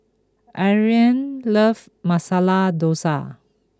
Ariane loves Masala Dosa